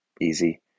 Easy